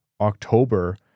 October